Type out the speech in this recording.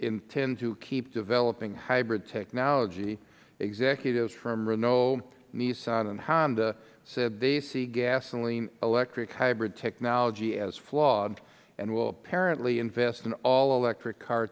intend to keep developing hybrid technology executives from renault nissan and honda said they see gasoline electric hybrid technology as flawed and will apparently invest in all electric car